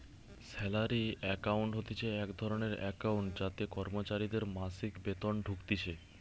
salary account হতিছে এক ধরণের একাউন্ট যাতে কর্মচারীদের মাসিক বেতন ঢুকতিছে